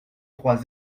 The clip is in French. trois